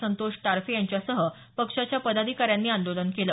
संतोष टारफे यांच्यासह पक्षाच्या पदाधिकाऱ्यांनी हे आंदोलन केलं